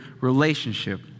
relationship